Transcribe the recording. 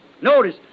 Notice